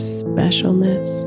specialness